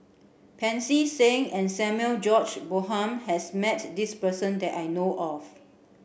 Pancy Seng and Samuel George Bonham has met this person that I know of